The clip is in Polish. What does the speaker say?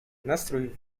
nastrój